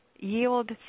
yield